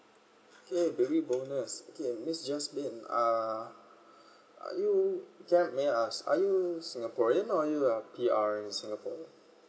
okay baby bonus okay miss jasmin uh are you okay may I ask are you singaporean or are you P_R in singapore